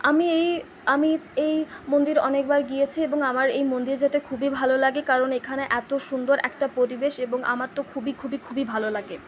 আমি এই আমি এই মন্দিরে অনেক বার গিয়েছি এবং আমার এই মন্দিরে যেতে খুবই ভালো লাগে কারণ এখানে এত সুন্দর একটা পরিবেশ এবং আমার তো খুবই খুবই খুবই ভালো লাগে